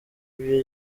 ibyo